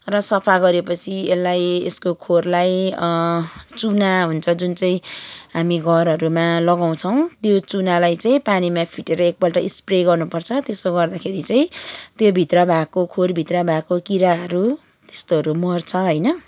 र सफा गरेपछि यसलाई यसको खोरलाई चुना हुन्छ जुन चाहिँ हामी घरहरूमा लगाउँछौँ त्यो चुनालाई चाहिँ पानीमा फिटेर एकपल्ट स्प्रे गर्नुपर्छ त्यसो गर्दाखेरि चाहिँ त्योभित्र भएको खोरभित्र भएको किराहरू त्यस्तोहरू मर्छ होइन